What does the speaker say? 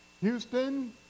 Houston